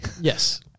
Yes